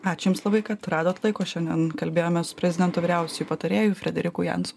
ačiū jums labai kad radot laiko šiandien kalbėjome su prezidentu vyriausiuoju patarėju frederiku janson